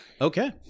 Okay